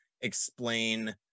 explain